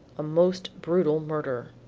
a most brutal murder,